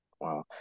Wow